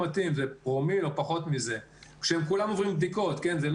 בכל הגופים האלה ביחד יש 12 חולים מאומתים,